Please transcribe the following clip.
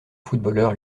footballeur